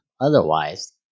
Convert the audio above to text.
otherwise